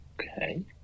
Okay